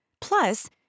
Plus